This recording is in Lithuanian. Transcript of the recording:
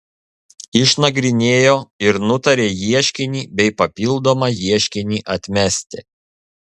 išnagrinėjo ir nutarė ieškinį bei papildomą ieškinį atmesti